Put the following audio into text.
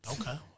Okay